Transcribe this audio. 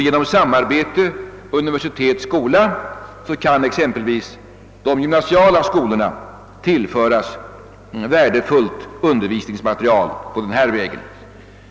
Genom samarbete universitet—skola kan exempelvis de gymnasiala skolorna på detta sätt tillföras värdefullt undervisningsmaterial.